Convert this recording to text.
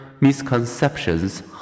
misconceptions